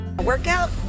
workout